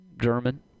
German